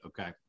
Okay